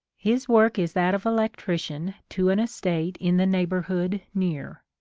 his work is that of electrician to an estate in the neighbourhood near.